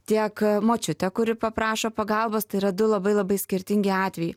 tiek močiutė kuri paprašo pagalbos tai yra du labai labai skirtingi atvejai